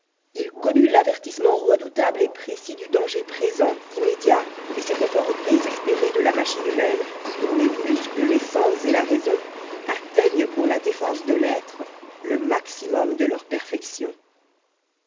il connut l'avertissement redoutable et précis du danger présent immédiat et cet effort désespéré de la machine humaine dont les muscles les sens et la raison atteignent pour la défense de l'être le maximum de leur perfection